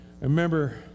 remember